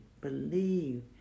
believe